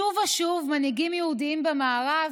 שוב ושוב מנהיגים יהודים במערב,